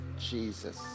Jesus